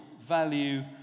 value